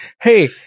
hey